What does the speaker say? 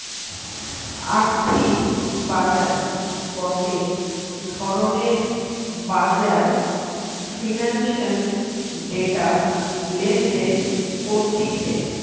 আর্থিক বাজার গটে ধরণের বাজার ফিন্যান্সের ডেটা লেনদেন করতিছে